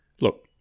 look